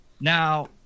Now –